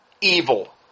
evil